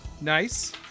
Nice